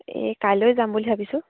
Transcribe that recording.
এই কাইলৈ যাম বুলি ভাবিছোঁ